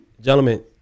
gentlemen